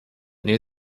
near